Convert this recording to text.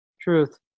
Truth